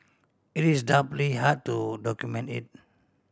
it is doubly hard to document it